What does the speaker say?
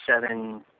seven